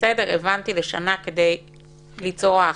הבנתי, לשנה כדי ליצור האחדה.